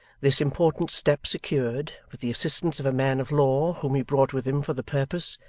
this important step secured, with the assistance of a man of law whom he brought with him for the purpose,